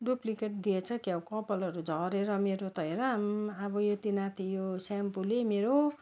duplicate दिएछ क्या हो कपालहरू झरेर मेरो त हेर आम्म अब यति नाथे यो सेम्पोले मेरो